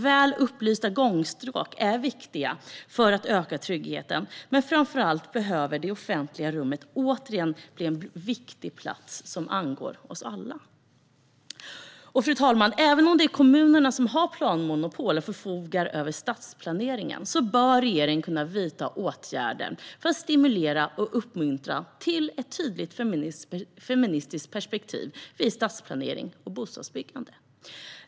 Väl upplysta gångstråk är viktiga för att öka tryggheten, men framför allt behöver det offentliga rummet återigen bli en viktig plats som angår oss alla. Fru talman! Även om det är kommunerna som har planmonopol och förfogar över stadsplaneringen bör regeringen kunna vidta åtgärder för att stimulera och uppmuntra till ett tydligt feministiskt perspektiv vid stadsplanering och bostadsbyggande.